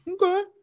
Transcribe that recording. Okay